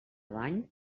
bany